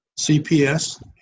CPS